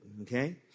okay